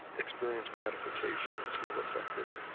experience gratification and feel effective.